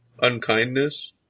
Unkindness